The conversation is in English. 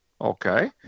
Okay